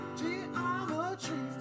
geometry